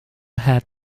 had